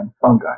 fungi